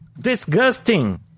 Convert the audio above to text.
Disgusting